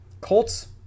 Colts